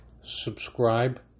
subscribe